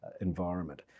environment